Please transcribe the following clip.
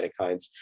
cytokines